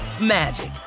magic